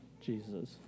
Jesus